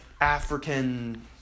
African